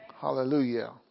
Hallelujah